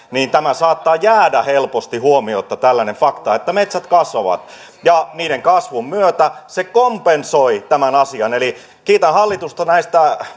niin saattaa jäädä helposti huomiotta tällainen fakta että metsät kasvavat ja niiden kasvun myötä se kompensoi tämän asian eli kiitän hallitusta näistä